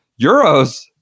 Euros